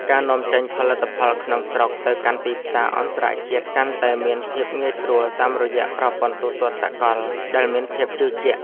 ការនាំចេញផលិតផលក្នុងស្រុកទៅកាន់ទីផ្សារអន្តរជាតិកាន់តែមានភាពងាយស្រួលតាមរយៈប្រព័ន្ធទូទាត់សកលដែលមានភាពជឿជាក់។